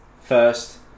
first